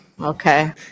Okay